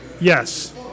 Yes